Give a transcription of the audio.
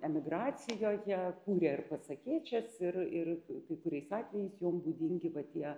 emigracijoje kūrė ir pasakėčias ir ir kai kuriais atvejais jom būdingi va tie